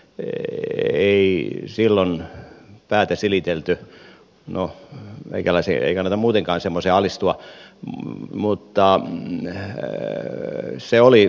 ei silloin päätä silitelty no meikäläisen ei kannata muutenkaan semmoiseen alistua mutta mihin se oli